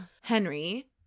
Henry